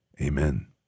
Amen